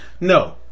No